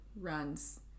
runs